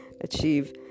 achieve